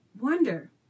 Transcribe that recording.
wonder